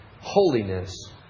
holiness